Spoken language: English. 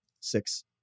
Six